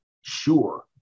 sure